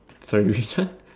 sorry which one